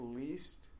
least